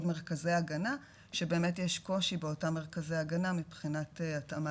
גם מרכזי הגנה שבאמת יש קושי באותם מרכזי הגנה מבחינת התאמה